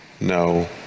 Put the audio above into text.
no